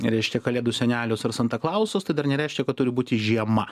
reiškia kalėdų senelius ar santa klausus tai dar nereiškia kad turi būti žiema